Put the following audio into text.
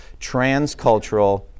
transcultural